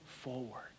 forward